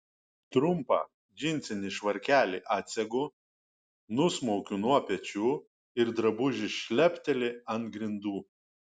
trumpą džinsinį švarkelį atsegu nusmaukiu nuo pečių ir drabužis šlepteli ant grindų